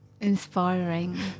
inspiring